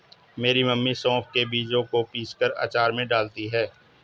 मेरी मम्मी सौंफ के बीजों को पीसकर अचार में डालती हैं